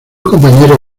compañero